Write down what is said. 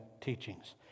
teachings